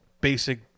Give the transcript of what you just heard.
basic